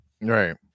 Right